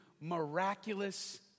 miraculous